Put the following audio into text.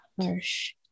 Harsh